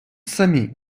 самі